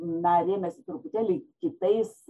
na rėmėsi truputėlį kitais